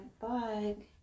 bug